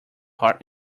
heart